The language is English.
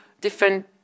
different